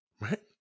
right